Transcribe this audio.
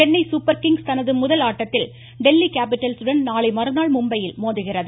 Chennai Super Kings தனது முதல் ஆட்டத்தில் டெல்லி கேபிடல்சுடன் நாளைமறுநாள் மும்பையில் மோதுகிறது